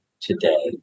today